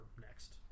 next